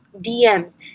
DMs